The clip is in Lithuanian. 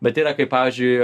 bet yra kaip pavyzdžiui